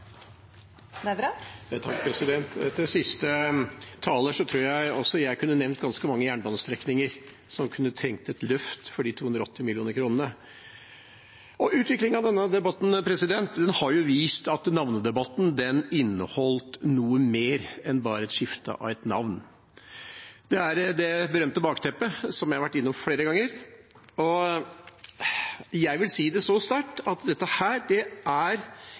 jeg også jeg kunne nevnt ganske mange jernbanestrekninger som kunne trengt et løft for de 280 millionene. Utviklingen av denne debatten har vist at navnedebatten inneholder noe mer enn bare et skifte av et navn. Det er det berømte bakteppet, som jeg har vært innom flere ganger, og jeg vil si det så sterkt at dette